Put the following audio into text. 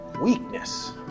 Weakness